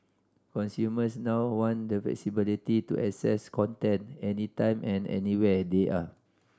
consumers now want the flexibility to access content any time and anywhere they are